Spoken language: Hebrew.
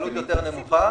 עלות יותר נמוכה.